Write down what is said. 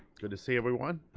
good to see everyone.